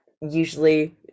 Usually